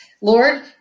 Lord